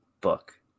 book